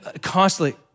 constantly